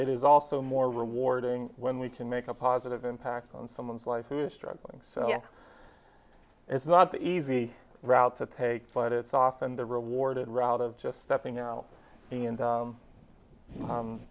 it is also more rewarding when we can make a positive impact on someone's life who is struggling so it's not the easy route to take but it's often the rewarded route of just stepping out and